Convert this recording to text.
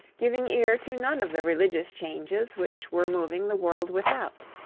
giving ear to none of the religious changes which were moving the world without.